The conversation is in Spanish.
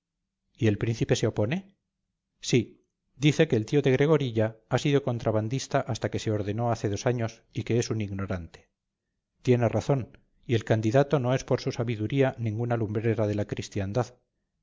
y el príncipe se opone sí dice que el tío de gregorilla ha sido contrabandista hasta que se ordenó hace dos años y que es un ignorante tiene razón y el candidato no es por su sabiduría ninguna lumbrera de la cristiandad